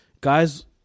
guys